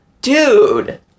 dude